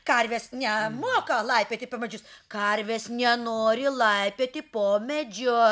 karvės nemoka laipioti po medžius karvės nenori laipioti po medžiu